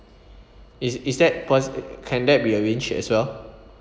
is is that posi~ can that be arranged as well